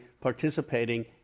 participating